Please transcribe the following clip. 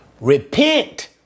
Repent